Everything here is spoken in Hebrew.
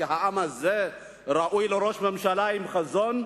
כי העם הזה ראוי לראש ממשלה עם חזון,